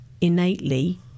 innately